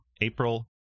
April